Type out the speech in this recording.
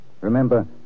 Remember